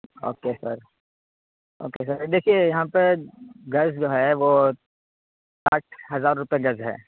okay sir okay sir دیکھیے یہاں پہ گز جو ہے وہ ساٹھ ہزار روپے گز ہے